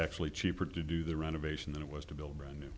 actually cheaper to do the renovation than it was to build brand new